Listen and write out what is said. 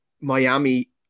Miami